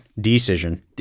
decision